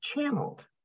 channeled